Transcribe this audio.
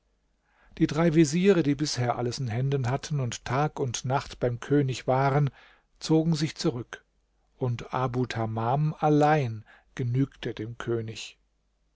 die drei veziere die bisher alles in händen hatten und tag und nacht beim könig waren zogen sich zurück und abu tamam allein genügte dem könig